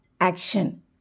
action